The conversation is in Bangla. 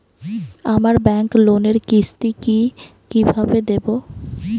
আমার ব্যাংক লোনের কিস্তি কি কিভাবে দেবো?